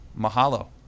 Mahalo